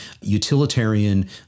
utilitarian